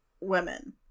women